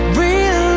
real